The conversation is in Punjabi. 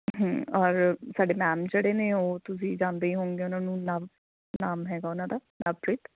ਔਰ ਸਾਡੇ ਮੈਮ ਜਿਹੜੇ ਨੇ ਉਹ ਤੁਸੀਂ ਜਾਣਦੇ ਹੀ ਹੋਉਂਗੇ ਉਹਨਾਂ ਨੂੰ ਨਵ ਨਾਮ ਹੈਗਾ ਉਹਨਾਂ ਦਾ ਨਵਪ੍ਰੀਤ